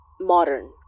modern